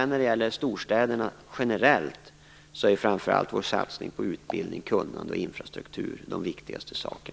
När det gäller storstäderna generellt är det viktigaste framför allt vår satsning på utbildning, kunnande och infrastruktur.